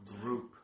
Group